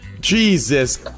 Jesus